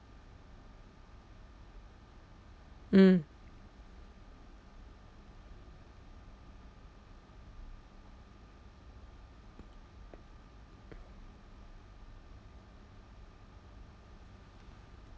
mm